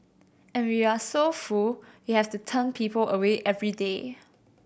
and we are so full we have to turn people away every day